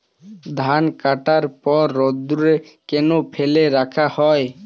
ধান কাটার পর রোদ্দুরে কেন ফেলে রাখা হয়?